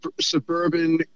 suburban